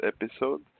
episode